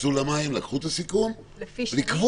-- שקפצו למים ולקחו את הסיכון, ולקבוע.